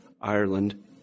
Ireland